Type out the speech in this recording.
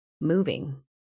moving